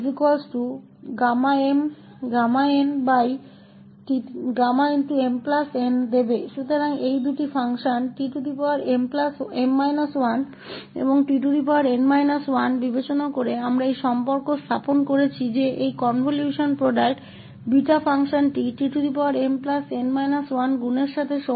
इसलिए इन दो फ़ंक्शन tm 1और tn 1 पर विचार करते हुए हमने यह संबंध स्थापित किया है कि यह कनवल्शन उत्पाद इस tmn 1 के गुणन के साथ इस बीटा फ़ंक्शन के बराबर है